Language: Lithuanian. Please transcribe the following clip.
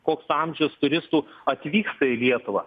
koks amžius turistų atvyksta į lietuvą